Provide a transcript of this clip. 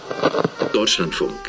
Deutschlandfunk